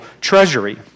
treasury